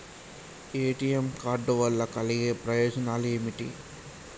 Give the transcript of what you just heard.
ATM card వల్ల కలిగే ప్రయోజనాలు ఏమిటి?